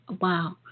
Wow